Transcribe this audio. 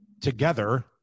together